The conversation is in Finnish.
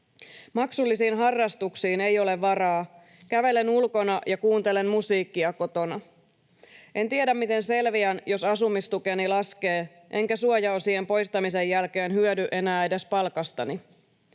Maksullisiin harrastuksiin ei ole varaa, kävelen ulkona ja kuuntelen musiikkia kotona. En tiedä, miten selviän, jos asumistukeni laskee enkä suojaosien poistamisen jälkeen hyödy enää edes palkastani.